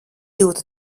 jūtu